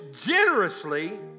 generously